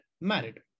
married